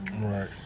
Right